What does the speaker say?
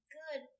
good